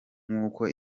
nk’uko